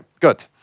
good